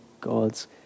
God's